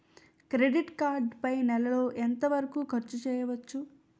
Credit card పై నెల లో ఎంత వరకూ ఖర్చు చేయవచ్చు?